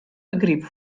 begryp